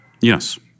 Yes